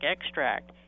extract